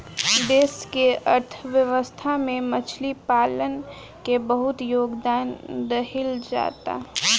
देश के अर्थव्यवस्था में मछली पालन के बहुत योगदान दीहल जाता